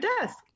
desk